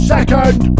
Second